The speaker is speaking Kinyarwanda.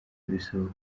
bisaba